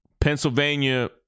Pennsylvania